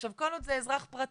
עכשיו, כל עוד זה אזרח פרטי,